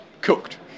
cooked